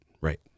Right